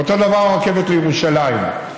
ואותו דבר הרכבת לירושלים.